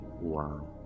Wow